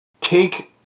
take